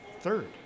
third